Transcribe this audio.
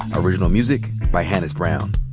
original music by hannis brown.